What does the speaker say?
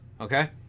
Okay